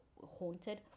haunted